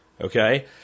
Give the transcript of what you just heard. Okay